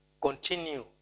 continue